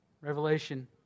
Revelation